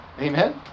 Amen